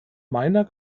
meiner